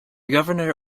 governor